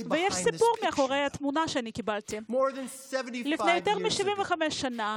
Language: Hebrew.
יש סיפור מאחורי התמונה הזאת: לפני יותר מ-75 שנה,